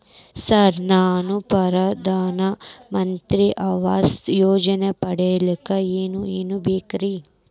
Sir ನಾನು ಪ್ರಧಾನ ಮಂತ್ರಿ ಆವಾಸ್ ಯೋಜನೆ ಪಡಿಯಲ್ಲಿಕ್ಕ್ ಏನ್ ಏನ್ ಬೇಕ್ರಿ?